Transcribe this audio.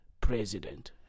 president